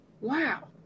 Wow